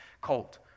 colt